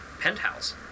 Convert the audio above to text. penthouse